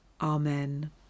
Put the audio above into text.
Amen